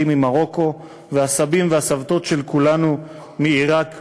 ממרוקו והסבים והסבתות של כולנו מעיראק,